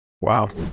Wow